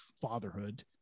fatherhood